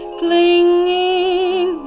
clinging